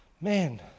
man